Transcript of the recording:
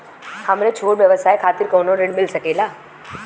हमरे छोट व्यवसाय खातिर कौनो ऋण मिल सकेला?